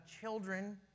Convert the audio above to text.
children